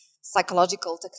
psychological